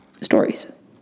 stories